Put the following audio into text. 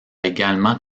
également